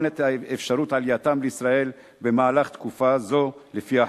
את אפשרות עלייתם לישראל במהלך תקופה זו לפי החוק.